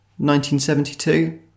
1972